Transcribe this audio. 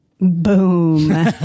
Boom